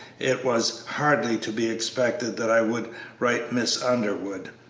it was hardly to be expected that i would write miss underwood,